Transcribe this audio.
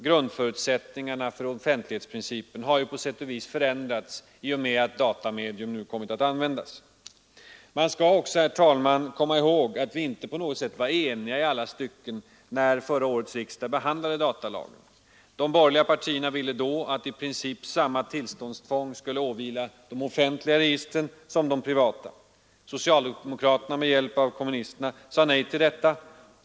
Grundförutsättningarna för offentlighetsprincipen har ju på sätt och vis förändrats i och med att datamedium nu kommit att användas. Man skall också, herr talman, komma ihåg att vi inte på något sätt var eniga i alla stycken när förra årets riksdag behandlade datalagen. De borgerliga partierna ville då att i princip samma tillståndstvång skulle åvila de offentliga som de privata registren. Socialdemokraterna — med hjälp av kommunisterna — sade nej till detta.